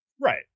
Right